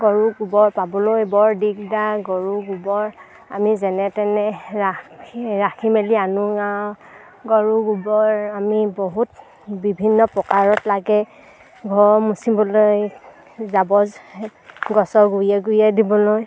গৰু গোবৰ পাবলৈ বৰ দিগদাৰ গৰু গোবৰ আমি যেনে তেনে ৰাখি মেলি আনো আৰু গৰু গোবৰ আমি বহুত বিভিন্ন প্ৰকাৰত লাগে ঘৰ মোচিবলৈ জাবৰ গছৰ গুৰিয়ে গুৰিয়ে দিবলৈ